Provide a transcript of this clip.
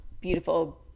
beautiful